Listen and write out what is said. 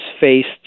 faced